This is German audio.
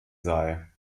sei